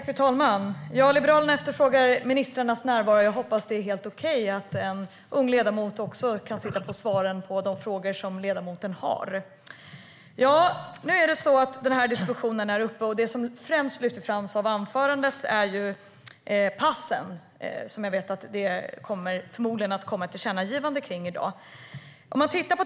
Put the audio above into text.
Fru talman! Liberalerna efterfrågar ministrarnas närvaro. Jag hoppas att det är helt okej att en ung ledamot också kan sitta på svaren på de frågor som ledamoten Haddad har. Nu är diskussionen uppe, och det som främst lyftes fram i anförandet är passen, och jag vet att det förmodligen kommer ett tillkännagivande om detta i dag.